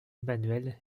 emmanuel